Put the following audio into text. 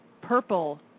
purple